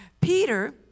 Peter